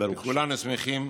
וכולנו שמחים,